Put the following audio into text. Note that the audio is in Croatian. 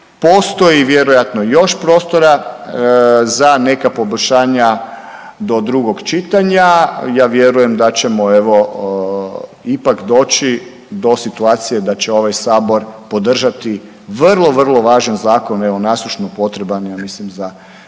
postoji vjerojatno i još prostora za neka poboljšanja do drugog čitanja. Ja vjerujem da ćemo evo ipak doći do situacije da će ovaj Sabor podržati vrlo, vrlo važan zakon evo nasušno potreban ja mislim za